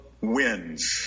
wins